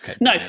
no